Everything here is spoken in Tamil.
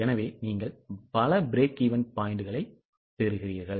எனவே நீங்கள் பல பிரேக்ஈவென் புள்ளிகள் பெறுகிறீர்கள்